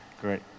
Great